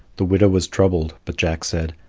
the widow was troubled, but jack said,